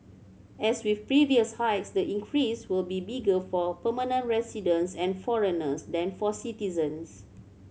as with previous hikes the increase will be bigger for permanent residents and foreigners than for citizens